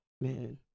Man